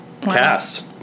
cast